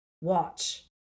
Watch